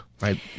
right